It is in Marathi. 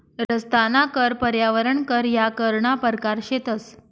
रस्ताना कर, पर्यावरण कर ह्या करना परकार शेतंस